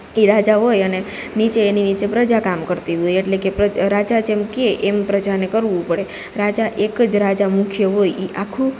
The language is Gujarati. ઈ રાજા હોય અને નીચે એની નીચે પ્રજા કામ કરતી હોય એટલે કે રાજા જેમ કે એમ પ્રજાને કરવું પડે રાજા એક જ રાજા મુખ્ય હોય ઈ આખું